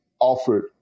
offered